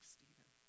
Stephen